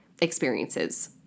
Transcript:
experiences